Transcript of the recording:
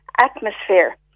atmosphere